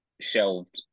shelved